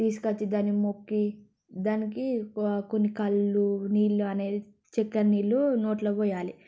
తీసుకువచ్చి దాన్ని మొక్కీ దానికీ కొన్ని కళ్ళూ నీళ్ళు అనేవి చక్కర నీళ్ళూ నోట్లో పోయాలి